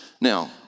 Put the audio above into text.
Now